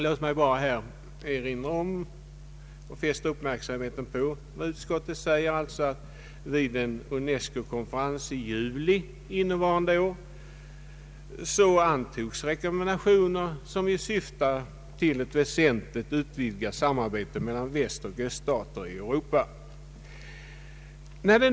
Låt mig bara här fästa uppmärksamheten på att utskottet säger att det vid en UNESCO-konferens i juli i år ”antogs rekommendationer, som syftar till ett väsentligt ökat vetenskapligt samarbete mellan västoch öststater i Europa”.